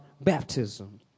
baptism